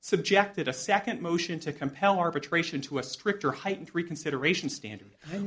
subjected a second motion to compel arbitration to a stricter heightened reconsideration standard i'm